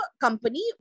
company